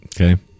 okay